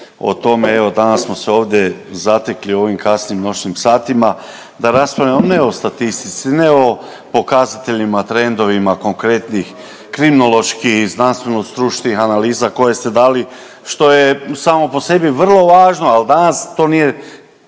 o tome, evo danas smo se ovdje zatekli u ovim kasnim noćnim satima da raspravljamo, ne o statistici, ne o pokazateljima, trendovima, konkretnih kriminoloških i znanstveno-stručnih analiza koje ste dali, što je samo po sebi vrlo važno, ali danas to nije